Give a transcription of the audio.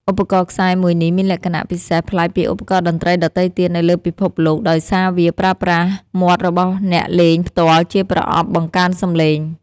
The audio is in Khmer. ឧបករណ៍ខ្សែមួយនេះមានលក្ខណៈពិសេសប្លែកពីឧបករណ៍តន្ត្រីដទៃទៀតនៅលើពិភពលោក ដោយសារវាប្រើប្រាស់មាត់របស់អ្នកលេងផ្ទាល់ជាប្រអប់បង្កើនសម្លេង។